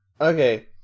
Okay